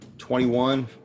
Twenty-one